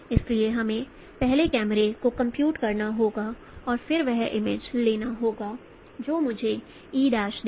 इसलिए हमें पहले कैमरे को कंप्यूट करना होगा और फिर वह इमेज लेना होगी जो मुझे e देगा